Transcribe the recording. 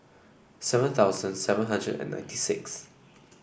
seven thousand seven hundred and ninety sixth